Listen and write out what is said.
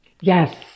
Yes